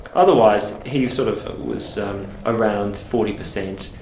otherwise, he sort of was um around forty per cent.